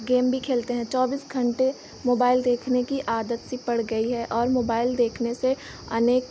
game भी खेलते हैं चौबीस घंटे मोबाइल देखने की आदत सी पड़ गई है और मोबाइल देखने से अनेक